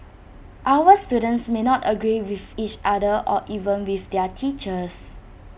our students may not agree with each other or even with their teachers